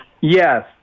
Yes